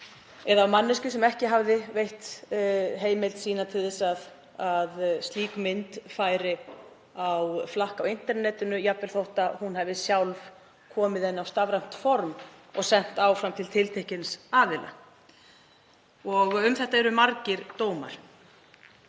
af manneskju sem ekki hafði veitt heimild sína fyrir því að slík mynd færi á flakk á internetinu, jafnvel þótt hún hefði sjálf komið henni á stafrænt form og sent áfram til tiltekins aðila. Um þetta eru margir dómar.